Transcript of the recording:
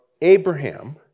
Abraham